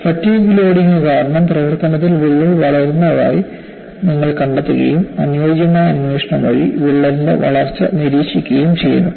fatigue loading കാരണം പ്രവർത്തനത്തിൽ വിള്ളൽ വളരുന്നതായി നിങ്ങൾ കണ്ടെത്തുകയും അനുയോജ്യമായ അന്വേഷണം വഴി വിള്ളലിന്റെ വളർച്ച നിരീക്ഷിക്കുകയും ചെയ്യുന്നു